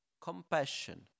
compassion